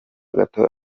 gato